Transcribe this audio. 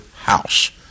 house